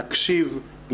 להקשיב,